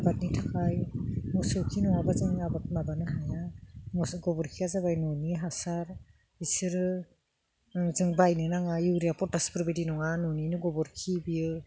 आबादनि थाखाय मोसौ खि नङाबा जोंनि आबाद माबानो हाया मोसौ गोबोरखिया जाबाय न'नि हासार बेफोरो जों बायनो नाङा इउरिया पटासफोर बायदि नङा न'नि गोबोरखि बेयो